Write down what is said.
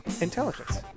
intelligence